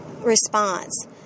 response